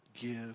Give